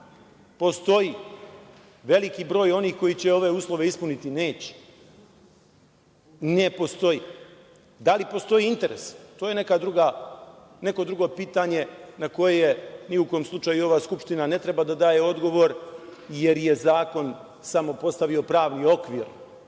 postoji veliki broj onih koji će ove uslove ispuniti? Neće, ne postoji. Da li postoji interes? To je neko drugo pitanje, na koje ni u kom slučaju ova Skupština ne treba da daje odgovor, jer je zakon samo postavio pravni okvir